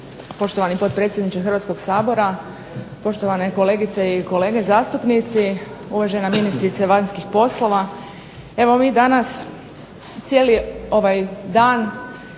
Poštovani potpredsjedniče Hrvatskog sabora, poštovane kolegice i kolege zastupnici, uvažena ministrice vanjskih poslova. Evo mi danas cijeli ovaj dan,